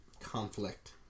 conflict